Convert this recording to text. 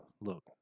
look